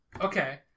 Okay